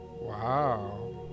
Wow